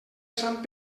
sant